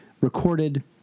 recorded